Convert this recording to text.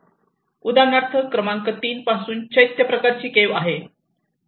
उदाहरणार्थ क्रमांक 3 पासून चैत्य प्रकारची केव्ह आहे